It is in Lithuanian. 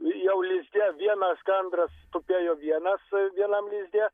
jau lizde vienas gandras tupėjo vienas vienam lizde